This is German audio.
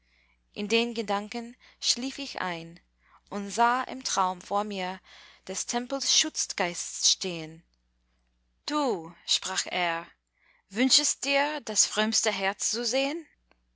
in den gedanken schlief ich ein und sah im traum vor mir des tempels schutzgeist stehen du sprach er wünschest dir das frömmste herz zu sehen